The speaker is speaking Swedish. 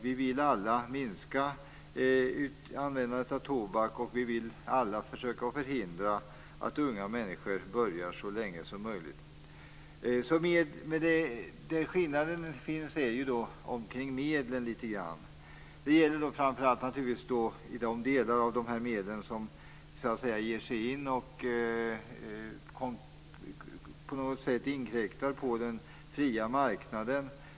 Vi vill alla minska användandet av tobak, och vi vill alla så länge som möjligt försöka att förhindra att unga människor börjar att röka. Skillnaden ligger i medlen. Det gäller framför allt de medel som inkräktar på den fria marknaden.